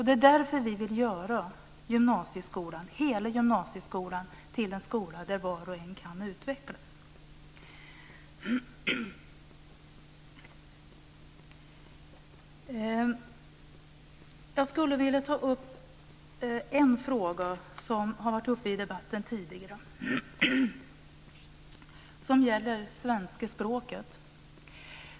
Det är därför som vi vill göra hela gymnasieskolan till en skola där var och en kan utvecklas. Jag skulle vilja ta upp en fråga som har varit uppe i debatten tidigare. Den gäller svenska språket.